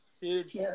Huge